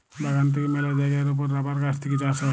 বাগান থেক্যে মেলা জায়গার ওপর রাবার গাছ থেক্যে চাষ হ্যয়